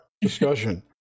discussion